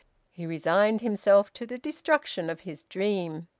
he resigned himself to the destruction of his dream.